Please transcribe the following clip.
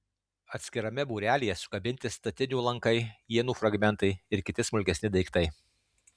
atskirame būrelyje sukabinti statinių lankai ienų fragmentai ir kiti smulkesni daiktai